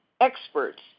experts